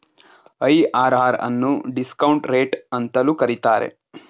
IRR ಅನ್ನು discount rate ಅಂತಲೂ ಕರೀತಾರೆ